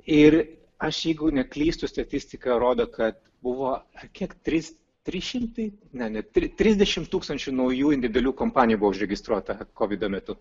ir aš jeigu neklystu statistika rodo kad buvo kiek trys trys šimtai ne ne tri trisdešimt tūkstančių naujų individualių kompanijų buvo užregistruota kovido metu